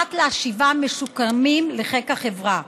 מנת להשיבם משוקמים לחיק החברה.